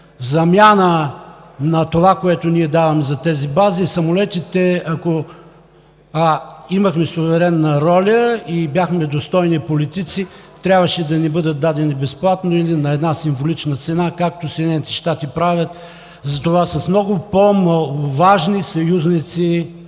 замяна на това, което ние даваме за тези бази, самолетите, ако имахме суверенна роля и бяхме достойни политици, трябваше да ни бъдат дадени безплатно или на една символична цена, както Съединените щати правят това за много по-маловажни съюзници